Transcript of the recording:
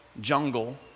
jungle